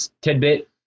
tidbit